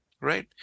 right